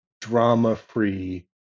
drama-free